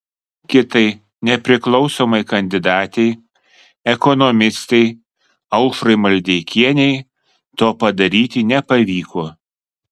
kitai nepriklausomai kandidatei ekonomistei aušrai maldeikienei to padaryti nepavyko